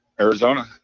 Arizona